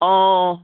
অঁ